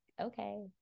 okay